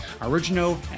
original